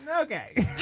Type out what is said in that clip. Okay